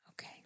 okay